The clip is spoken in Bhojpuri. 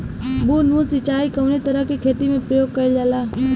बूंद बूंद सिंचाई कवने तरह के खेती में प्रयोग कइलजाला?